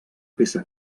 peça